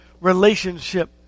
relationship